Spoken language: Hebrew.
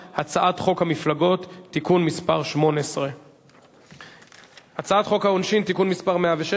הצעת חוק מס הכנסה (פטור ממס לקופות גמל על הכנסה מדמי